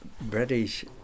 british